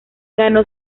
ganó